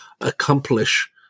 accomplish